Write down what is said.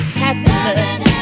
happiness